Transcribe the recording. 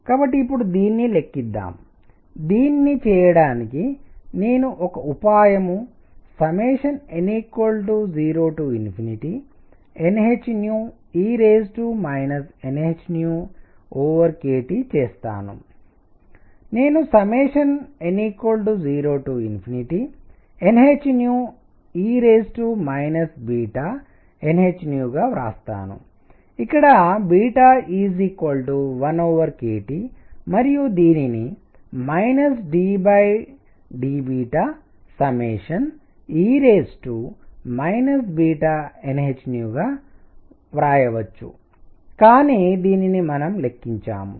కాబట్టి ఇప్పుడు దీన్ని లెక్కిందాం దీన్ని చేయడానికి నేను ఒక ఉపాయం n 0 nhe nhkT చేస్తాను నేను n 0nhe nhగా వ్రాస్తాను ఇక్కడ 1kTమరియు దీనిని d de nhగా వ్రాయవచ్చు కానీ దీనిని మనము లెక్కించాము